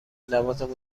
لوازم